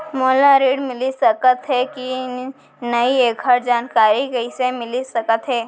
मोला ऋण मिलिस सकत हे कि नई एखर जानकारी कइसे मिलिस सकत हे?